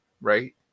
right